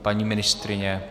Paní ministryně?